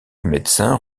médecins